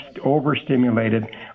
overstimulated